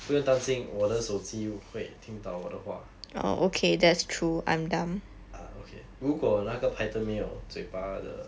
不用担心我的手机会听到我的话 uh okay 如果那个 python 没有嘴巴的